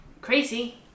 crazy